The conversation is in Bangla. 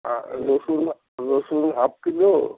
আর রসুন রসুন হাফ কিলো